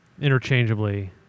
interchangeably